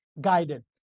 guided